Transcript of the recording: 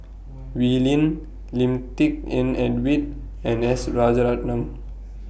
Wee Lin Lim Tik En David and S Rajaratnam